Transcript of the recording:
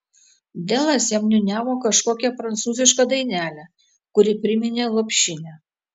delas jam niūniavo kažkokią prancūzišką dainelę kuri priminė lopšinę